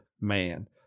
man